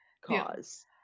cause